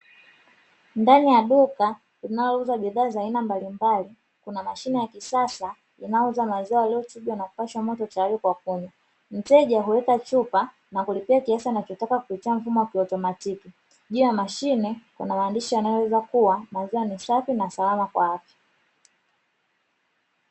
Ndani ya duka linalouza bidhaa za aina mbalimbali kuna mashine ya kisasa inayouza maziwa yaliyochujwa na kupashwa moto tayari kwa kunywa, mteja huweka chupa na kulipia kiasi anachotaka kupitia mfumo wa kiautomatiki, juu ya mashine kuna maandishi yanayoeleza kuwa maziwa ni safi na salama kwa afya.